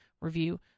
review